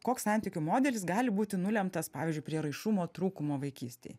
koks santykių modelis gali būti nulemtas pavyzdžiui prieraišumo trūkumo vaikystėj